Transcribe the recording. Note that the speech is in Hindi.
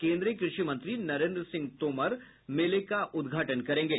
केन्द्रीय कृषि मंत्री नरेन्द्र सिंह तोमर मेले का उद्घाटन करेंगे